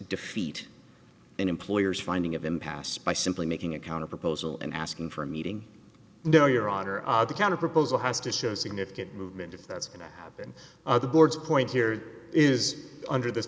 defeat an employer's finding of impasse by simply making a counter proposal and asking for a meeting no your honor the counterproposal has to show significant movement if that's going to happen the board's point here is under th